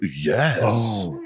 yes